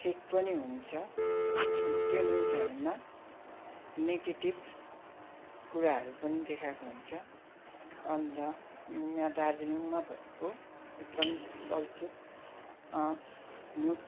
ठिक पनि हुन्छ अन्त त्यो न्युजहरूमा नेगेटिभ कुराहरू पनि देखाएको हुन्छ अन्त यहाँ दार्जिलिङमा भएको एकदम चर्चित न्युज